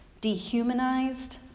dehumanized